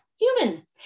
human